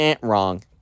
Wrong